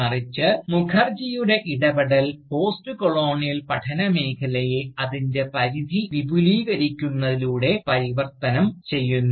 മറിച്ച് മുഖർജിയുടെ ഇടപെടൽ പോസ്റ്റ്കൊളോണിയൽ പഠനമേഖലയെ അതിൻറെ പരിധി വിപുലീകരിക്കുന്നതിലൂടെ പരിവർത്തനം ചെയ്യുന്നു